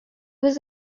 was